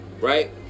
right